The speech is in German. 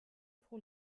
pro